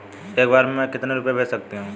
एक बार में मैं कितने रुपये भेज सकती हूँ?